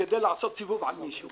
כדי לעשות סיבוב על מישהו.